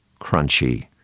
crunchy